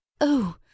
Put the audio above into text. Oh